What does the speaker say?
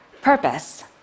purpose